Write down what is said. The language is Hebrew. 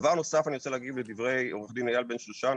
דובר נוסף אני רוצה להגיב לדברי אייל בן שושן,